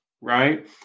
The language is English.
right